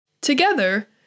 Together